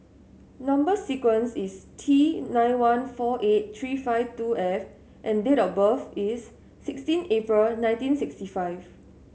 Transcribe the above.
number sequence is T nine one four eight three five two F and date of birth is sixteen April nineteen sixty five